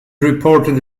reported